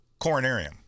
Coronarium